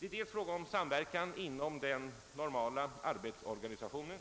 Dels är det fråga om samverkan inom den normala arbetsorganisationen,